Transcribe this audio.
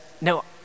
no